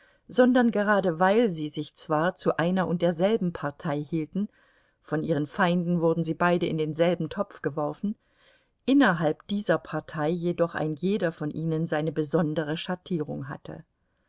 sondern gerade weil sie sich zwar zu einer und derselben partei hielten von ihren feinden wurden sie beide in denselben topf geworfen innerhalb dieser partei jedoch ein jeder von ihnen seine besondere schattierung hatte